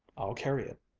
i'll carry it,